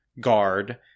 guard